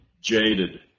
jaded